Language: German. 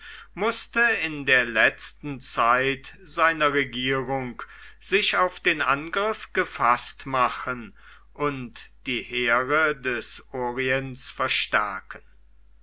mußte in der letzten zeit seiner regierung sich auf den angriff gefaßt machen und die heere des orients verstärken